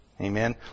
Amen